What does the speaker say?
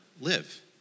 live